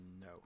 No